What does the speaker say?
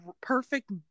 perfect